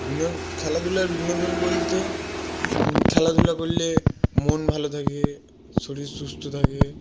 বিনোদন খেলাধুলার বিনোদন বলতে খেলাধুলা করলে মন ভালো থাকে শরীর সুস্থ থাকে